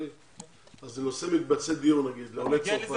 נושא מקצבי דיור, נגיד, לעולי צרפת.